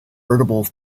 veritable